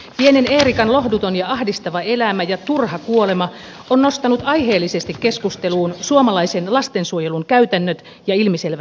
pienen eerikan lohduton ja ahdistava elämä ja turha kuolema ovat nostaneet aiheellisesti keskusteluun suomalaisen lastensuojelun käytännöt ja ilmiselvät puutteet